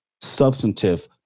substantive